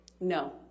No